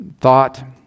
thought